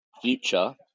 Future